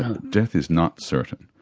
ah death is not certain.